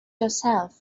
yourself